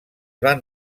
van